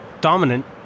dominant